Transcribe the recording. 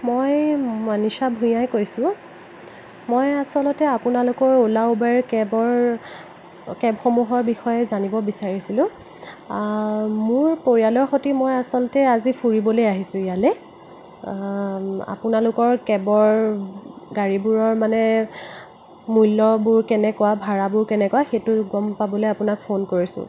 মই মনিষা ভূঞাই কৈছোঁ মই আচলতে আপোনালোকৰ উলা উবেৰ কেবৰ কেবসমূহৰ বিষয়ে জানিব বিচাৰিছিলোঁ মোৰ পৰিয়ালৰ সৈতে মই আচলতে আজি ফুৰিবলৈ আহিছোঁ ইয়ালৈ আপোনালোকৰ কেবৰ গাড়ীবোৰৰ মানে মূল্যবোৰ কেনেকুৱা ভাৰাবোৰ কেনেকুৱা সেইটো গম পাবলৈ আপোনাক ফোন কৰিছোঁ